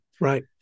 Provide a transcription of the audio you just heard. Right